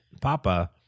Papa